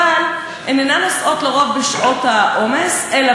אבל הן אינן נוסעות על-פי רוב בשעות העומס אלא